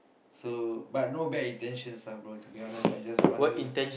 so but no bad intentions lah bro to be honest I just want a girl